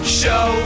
show